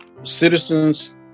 citizens